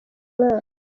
mwaka